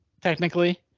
technically